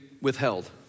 Withheld